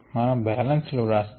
మన బ్యాలెన్స్ లు వ్రాస్తాము